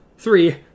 Three